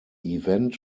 event